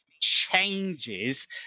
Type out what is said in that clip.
changes